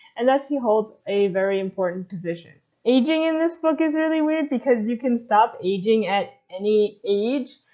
and thus he holds a very important position. aging in this book is really weird because you can stop aging at any age,